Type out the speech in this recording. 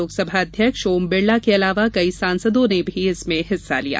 लोकसभा अध्यक्ष ओम बिडला के अलावा कई सांसदों ने भी इसमें हिस्सा लिया